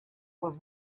was